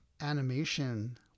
animation